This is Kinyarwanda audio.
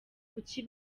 kuki